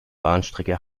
bahnstrecke